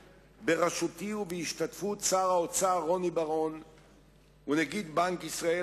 בראשותי ובהשתתפות שר האוצר רוני בר-און ונגיד בנק ישראל,